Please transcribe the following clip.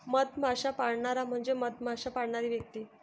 मधमाश्या पाळणारा म्हणजे मधमाश्या पाळणारी व्यक्ती